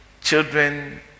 children